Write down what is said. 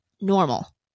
normal